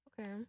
Okay